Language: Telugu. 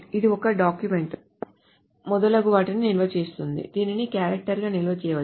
ఇది ఒక డాక్యుమెంట్ మొదలగు వాటిని నిల్వ చేస్తుంది దీనిని క్యారెక్టర్ గా నిల్వ చేయవచ్చు